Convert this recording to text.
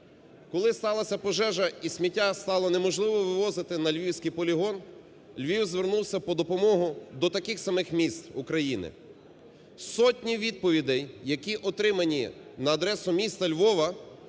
Коли сталася пожежа і сміття стало неможливо вивозити на львівський полігон, Львів звернувся по допомогу до таких самих міст України. Сотні відповідей, які отримані на адресу міста Львова